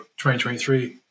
2023